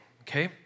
okay